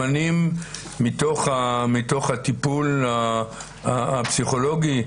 סימנים מתוך הטיפול הפסיכולוגי?